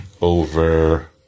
over